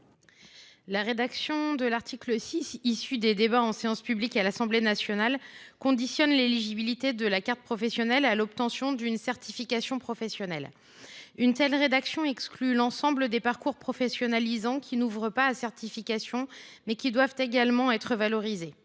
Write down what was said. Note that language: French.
La rédaction de l’article 6 issue des débats en séance publique à l’Assemblée nationale conditionne l’éligibilité à la carte professionnelle à l’obtention d’une certification professionnelle. Une telle rédaction exclut l’ensemble des parcours professionnalisants qui, s’ils n’ouvrent pas le droit à une certification, doivent également être valorisés.